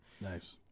Nice